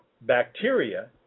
bacteria